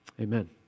Amen